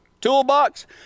toolbox